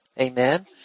Amen